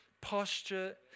posture